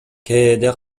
кээде